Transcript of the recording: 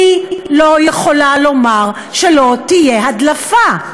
אני לא יכולה לומר שלא תהיה הדלפה.